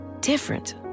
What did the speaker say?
different